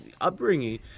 upbringing